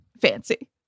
fancy